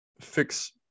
fix